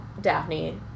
Daphne